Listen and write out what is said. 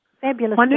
Fabulous